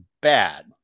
bad